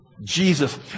Jesus